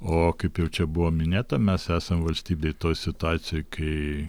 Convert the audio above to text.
o kaip jau čia buvo minėta mes esam valstybė toj situacijoj kai